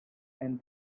and